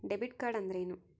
Debit card ಅಂದ್ರೇನು?